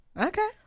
Okay